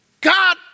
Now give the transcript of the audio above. God